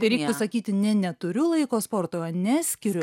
tai reiktų sakyti ne neturiu laiko sportui o neskiriu